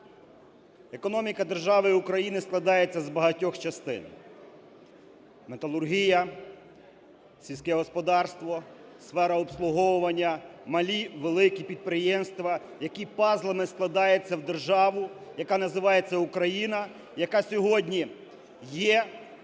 Економіка держави України складається з багатьох частин: металургія, сільське господарство, сфера обслуговування, малі, великі підприємства, які пазлами складаються в державу, яка називається Україна, яка сьогодні є великим